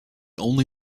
only